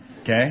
Okay